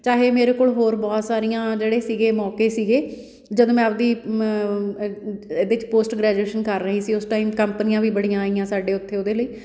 ਚਾਹੇ ਮੇਰੇ ਕੋਲ ਹੋਰ ਬਹੁਤ ਸਾਰੀਆਂ ਜਿਹੜੇ ਸੀਗੇ ਮੌਕੇ ਸੀਗੇ ਜਦ ਮੈਂ ਆਪਦੀ ਮ ਇਹਦੇ 'ਚ ਪੋਸਟ ਗ੍ਰੈਜੂਏਸ਼ਨ ਕਰ ਰਹੀ ਸੀ ਉਸ ਟਾਈਮ ਕੰਪਨੀਆਂ ਵੀ ਬੜੀਆਂ ਆਈਆਂ ਸਾਡੇ ਉੱਥੇ ਉਹਦੇ ਲਈ